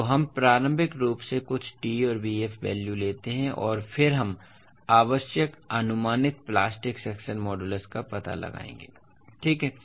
इसलिए हम प्रारंभिक रूप से कुछ d और bf वैल्यू लेते हैं और फिर हम आवश्यक अनुमानित प्लास्टिक सेक्शन मॉडूलस का पता लगाएंगे ठीक है